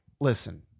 Listen